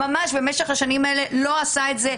אבל במשך השנים האלה מישהו כלל לא עשה זאת.